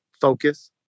focus